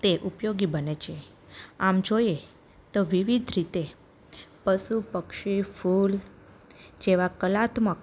તે ઉપયોગી બને છે આમ જોઈએ તો વિવિધ રીતે પશુ પક્ષી ફૂલ જેવાં કલાત્મક